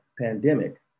pandemic